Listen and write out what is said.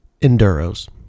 Enduros